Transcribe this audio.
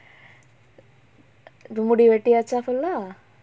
முடி வெட்டியாச்சா:mudi vettiyaacha full lah